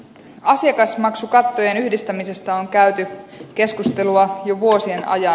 asiakasmaksukattojen yhdistämisestä on käyty keskustelua jo vuosien ajan